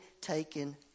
taken